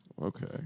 Okay